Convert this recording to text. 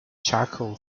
charcoal